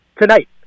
Tonight